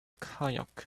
kayak